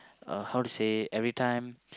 uh how to say every time